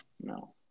no